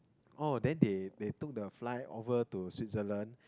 uh then they they took the fly over to Switzerland